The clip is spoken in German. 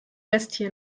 bestie